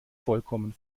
vollkommen